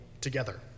together